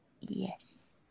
yes